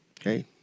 okay